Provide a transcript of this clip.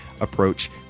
approach